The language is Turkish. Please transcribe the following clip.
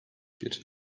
bir